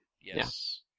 Yes